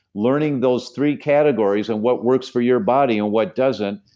learning those three categories and what works for your body, and what doesn't,